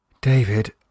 David